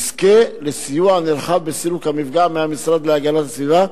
יזכה לסיוע נרחב בסילוק המפגע מהמשרד להגנת הסביבה,